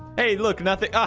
hey look nothing,